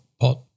pot